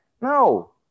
No